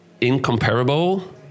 incomparable